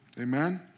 Amen